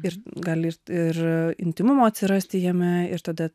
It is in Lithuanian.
ir gali ir ir intymumo atsirasti jame ir tada